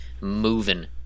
moving